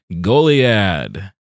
Goliad